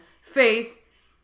faith